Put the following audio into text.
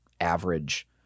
average